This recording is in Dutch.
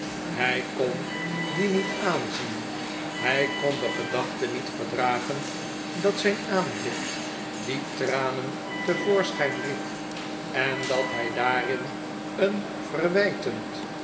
hij kon die niet aanzien hij kon de gedachte niet verdragen dat zijn aanblik die tranen te voorschijn riep en dat hij daarin een verwijtend